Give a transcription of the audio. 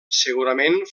segurament